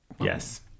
Yes